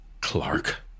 Clark